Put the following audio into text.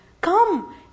Come